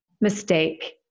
mistake